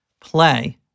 Play